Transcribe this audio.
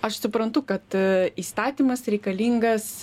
aš suprantu kad įstatymas reikalingas